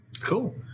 Cool